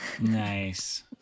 nice